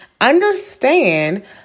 Understand